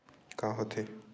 का होथे?